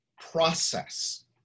process